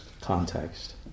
context